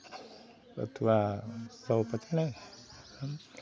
अथवा सौ